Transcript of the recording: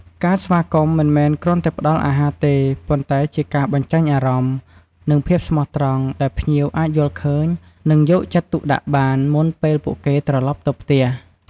ការស្វាគមន៍មិនមែនគ្រាន់តែផ្តល់អាហារទេ ប៉ុន្តែជាការបញ្ចេញអារម្មណ៍ និងភាពស្មោះត្រង់ ដែលភ្ញៀវអាចយល់ឃើញ និងយកចិត្តទុកដាក់បាន មុនពេលពួកគេត្រឡប់ទៅផ្ទះ។